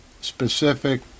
specific